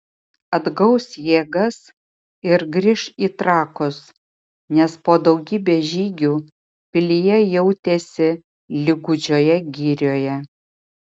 atgaus jėgas ir grįš į trakus nes po daugybės žygių pilyje jautėsi lyg gūdžioje girioje